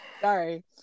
Sorry